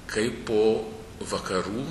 kai po vakarų